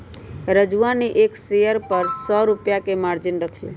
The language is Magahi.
राजूवा ने एक शेयर पर सौ रुपया के मार्जिन रख लय